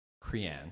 crean